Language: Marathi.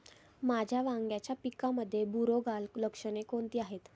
माझ्या वांग्याच्या पिकामध्ये बुरोगाल लक्षणे कोणती आहेत?